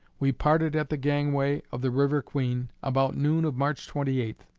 we parted at the gangway of the river queen about noon of march twenty eight,